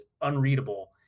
unreadable